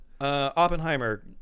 Oppenheimer